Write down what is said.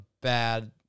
bad